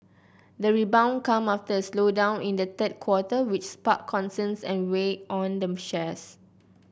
the rebound comes after a slowdown in the third quarter which sparked concerns and weighed on the shares